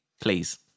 Please